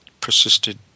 persisted